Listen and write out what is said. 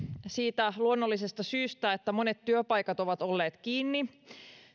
siitä luonnollisesta syystä että monet työpaikat ovat olleet kiinni